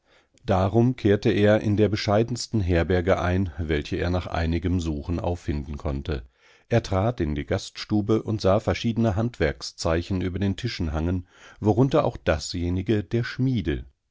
darum kehrte er in der bescheidensten herberge ein welche er nach einigem suchen auffinden konnte er trat in die gaststube und sah verschiedene handwerkszeichen über den tischen hangen worunter auch dasjenige der schmiede